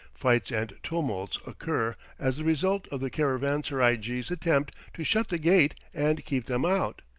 fights and tumults occur as the result of the caravanserai-jee's attempt to shut the gate and keep them out,